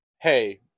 hey